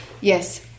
yes